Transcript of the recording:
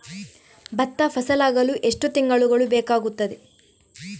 ಭತ್ತ ಫಸಲಾಗಳು ಎಷ್ಟು ತಿಂಗಳುಗಳು ಬೇಕಾಗುತ್ತದೆ?